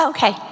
Okay